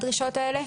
הדרישות האלה?